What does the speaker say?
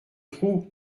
trou